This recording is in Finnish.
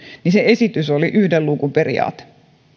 niin se esitys oli yhden luukun periaate